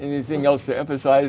anything else to emphasize